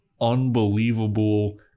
unbelievable